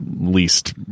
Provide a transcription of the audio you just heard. least